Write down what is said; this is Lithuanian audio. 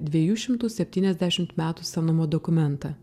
dviejų šimtų septyniasdešimt metų senumo dokumentą